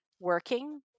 working